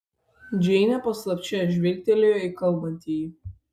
džeinė paslapčia žvilgtelėjo į kalbantįjį